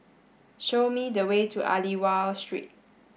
show me the way to Aliwal Street